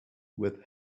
with